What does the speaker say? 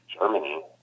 Germany